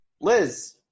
Liz